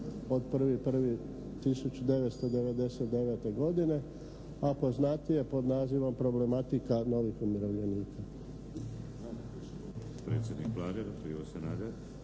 od 1.1.1999. godine, a poznatije pod nazivom "Problematika novih umirovljenika".